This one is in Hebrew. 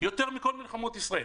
יותר מכל מלחמות ישראל,